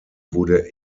wurde